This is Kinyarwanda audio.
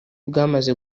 bwamaze